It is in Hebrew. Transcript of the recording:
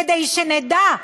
כדי שנדע: